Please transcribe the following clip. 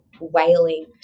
wailing